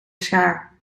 schaar